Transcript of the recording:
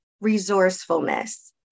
resourcefulness